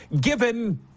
given